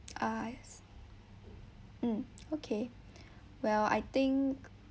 ah I see mm okay well I think